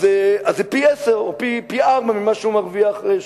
אז זה פי-עשרה או פי-ארבעה ממה שהוא מרוויח שם.